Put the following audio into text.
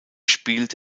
spielt